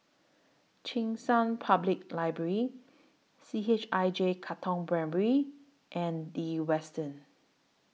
Cheng San Public Library C H I J Katong Primary and The Westin